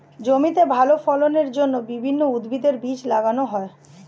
জমিতে ভালো ফলনের জন্য বিভিন্ন উদ্ভিদের বীজ লাগানো হয়